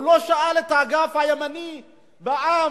הוא לא שאל את האגף הימני בעם,